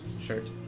shirt